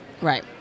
Right